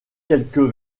quelques